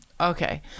Okay